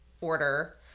order